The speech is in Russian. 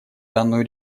данную